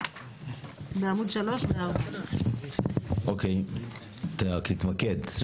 בעמוד 3. אוקיי, תתמקד.